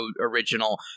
original